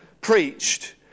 preached